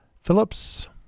Phillips